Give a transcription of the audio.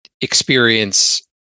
experience